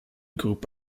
group